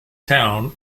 town